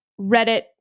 Reddit